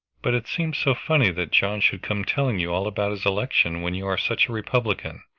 but it seems so funny that john should come telling you all about his election, when you are such a republican,